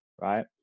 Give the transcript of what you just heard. right